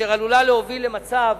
אשר עלולה להוביל למצב